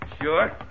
Sure